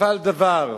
נפל דבר.